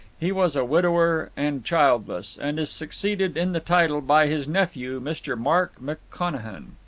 he was a widower and childless, and is succeeded in the title by his nephew, mr. mark mcconachan.